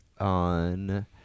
on